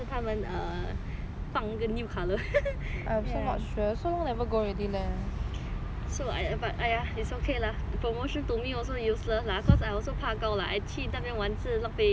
colour ya so I but !aiya! it's okay lah promotion to me also useless lah cause I also 怕高 lah I 去那边玩是浪费 but okay to